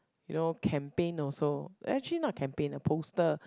you know campaign also eh actually not campaign a poster